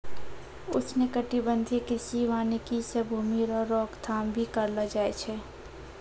उष्णकटिबंधीय कृषि वानिकी से भूमी रो रोक थाम भी करलो जाय छै